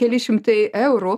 keli šimtai eurų